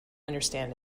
understand